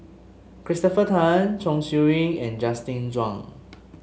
Christopher Tan Chong Siew Ying and Justin Zhuang